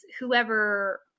whoever